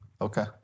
okay